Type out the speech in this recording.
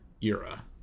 era